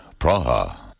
Praha